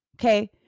Okay